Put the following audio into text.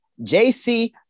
JC